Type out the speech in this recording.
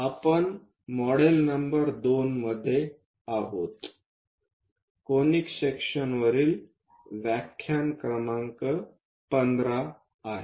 आपण module number 2 मध्ये आहोत कोनिक सेक्शनवरील व्याख्यान क्रमांक 15 आहे